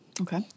Okay